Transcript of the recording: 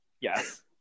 yes